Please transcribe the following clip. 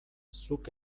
zuk